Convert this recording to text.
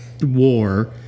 war